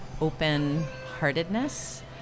open-heartedness